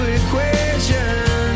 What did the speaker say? equation